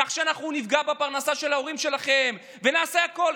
כך שאנחנו נפגע בפרנסה של ההורים שלכם ונעשה הכול.